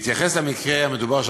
בהתייחס למקרה המדובר,